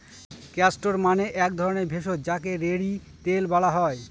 castor মানে এক ধরণের ভেষজ যাকে রেড়ি তেল বলা হয়